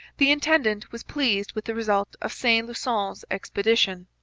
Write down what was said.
the intendant was pleased with the result of saint-lusson's expedition.